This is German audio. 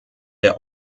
der